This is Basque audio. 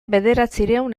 bederatziehun